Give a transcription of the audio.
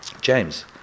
James